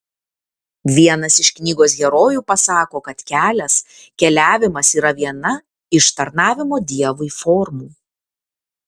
vienas iš knygos herojų pasako kad kelias keliavimas yra viena iš tarnavimo dievui formų